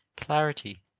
clarity,